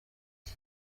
ati